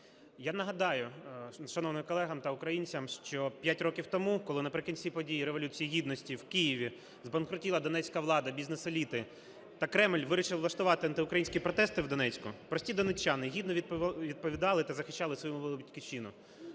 Я нагадаю шановним колегам та українцям, що 5 років тому, коли наприкінці подій Революції Гідності в Києві збанкрутіла донецька влада, бізнес-еліти та Кремль вирішили влаштувати антиукраїнські протести в Донецьку, прості донеччани гідно відповідали та захищали свою малу